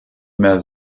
mehr